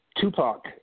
Tupac